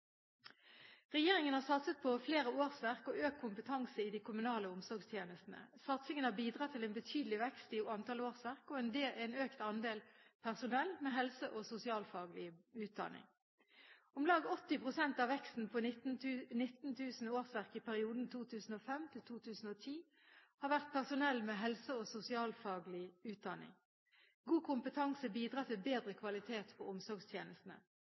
Regjeringen har satset på flere årsverk og økt kompetanse i de kommunale omsorgstjenestene. Satsingen har bidratt til en betydelig vekst i antall årsverk og en økt andel personell med helse- og sosialfaglig utdanning. Om lag 80 pst. av veksten på 19 000 årsverk i perioden 2005–2010 har vært personell med helse- og sosialfaglig utdanning. God kompetanse bidrar til bedre kvalitet på omsorgstjenestene.